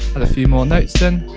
add a few more notes in.